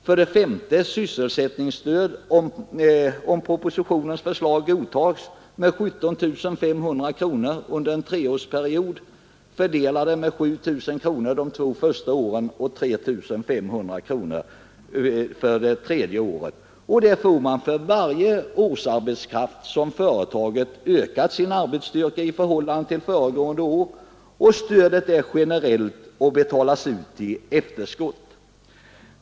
För det femte kan utgå sysselsättningsstöd — om propositionens förslag godtas — med 17 500 kronor under en treårsperiod, fördelade med 7 000 kronor de två första åren och 3 500 kronor för det tredje året. Det får man för varje årsarbetskraft med vilken företaget ökat sin arbetsstyrka i förhållande till föregående år. Stödet är generellt och betalas ut i efterskott.